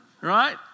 right